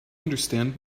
understand